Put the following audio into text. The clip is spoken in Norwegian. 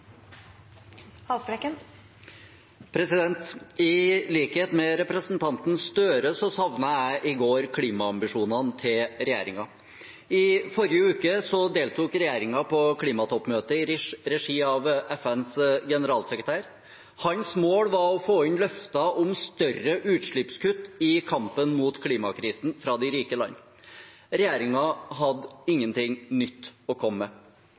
program. I likhet med representanten Gahr Støre savnet jeg i går klimaambisjonene til regjeringen. I forrige uke deltok regjeringen på klimatoppmøtet i regi av FNs generalsekretær. Hans mål var å få inn løfter om større utslippskutt i kampen mot klimakrisen fra rike land. Regjeringen hadde ingenting nytt å komme